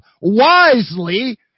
wisely